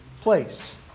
place